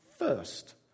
First